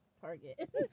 Target